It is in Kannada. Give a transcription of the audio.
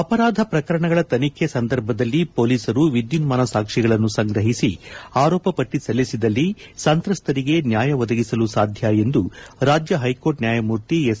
ಅಪರಾಧ ಪ್ರಕರಣಗಳ ತನಿಖೆ ಸಂದರ್ಭದಲ್ಲಿ ಪೊಲೀಸರು ವಿದ್ಯುನ್ಮಾನ ಸಾಕ್ಷಿಗಳನ್ನು ಸಂಗ್ರಹಿಸಿ ಆರೋಪಪಟ್ಟಿ ಸಲ್ಲಿಸಿದಲ್ಲಿ ಸಂತ್ರಸ್ತರಿಗೆ ನ್ಯಾಯ ಒದಗಿಸಲು ಸಾಧ್ಯ ಎಂದು ರಾಜ್ಯ ಹೈಕೋರ್ಟ್ ನ್ಯಾಯಮೂರ್ತಿ ಎಸ್